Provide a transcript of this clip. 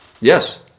Yes